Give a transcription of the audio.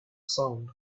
sound